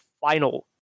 final